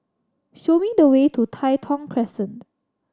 show me the way to Tai Thong Crescent